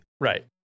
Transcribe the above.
Right